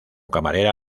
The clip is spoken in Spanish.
camarera